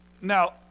Now